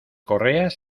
correas